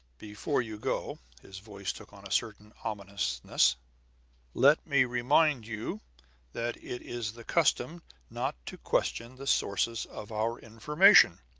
before you go his voice took on a certain ominousness let me remind you that it is the custom not to question the sources of our information.